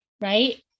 Right